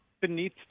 Beneath